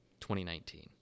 2019